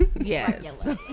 yes